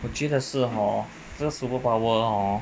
我觉得是 hor 这 superpower hor